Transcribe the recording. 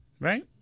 Right